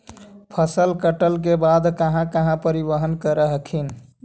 फसल कटल के बाद कहा कहा परिबहन कर हखिन?